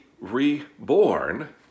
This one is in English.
reborn